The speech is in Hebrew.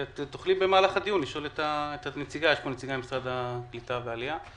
תוכלי במהלך הדיון לשאול את הנציגה ממשרד הקליטה והעלייה.